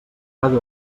cada